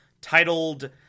titled